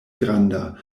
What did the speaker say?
granda